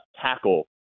tackle